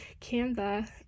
Canva